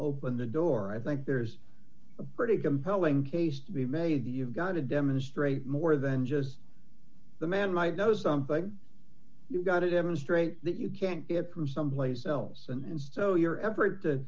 open the door i think there's a pretty compelling case to be made that you've got to demonstrate more than just the man might know something you've got to demonstrate that you can get from someplace else and so your effort to